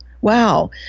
Wow